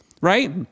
right